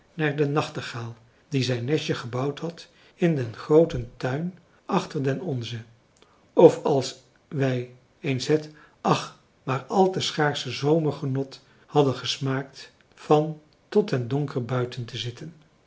naar den nachtegaal die zijn nestje gebouwd had in den grooten tuin achter den onze of als wij eens het ach maar al te schaarsche zomergenot hadden gesmaakt van tot den donker buiten te zitten